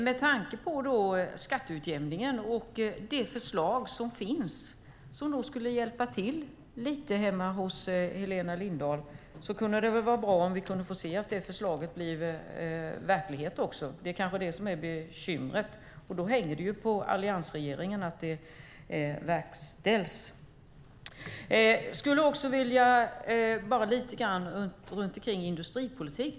Med tanke på skatteutjämningen och det förslag som finns, som skulle hjälpa Helena Lindahls hemtrakter, vore det bra om vi fick se att det förslaget blev verklighet. Det kanske är det som är bekymret, och då hänger det på alliansregeringen att det verkställs. Jag skulle också vilja säga något om industripolitiken.